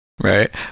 right